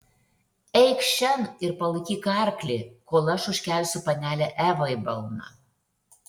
eikš šen ir palaikyk arklį kol aš užkelsiu panelę evą į balną